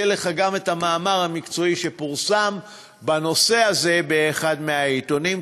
אתן לך גם את המאמר המקצועי שפורסם בנושא הזה באחד מהעיתונים.